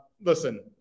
listen